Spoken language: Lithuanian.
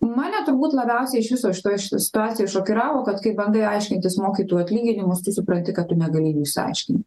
mane turbūt labiausiai iš viso šitoj situacijoj šokiravo kad kai bandai aiškintis mokytojų atlyginimus tu supranti kad tu negali jų išsiaiškint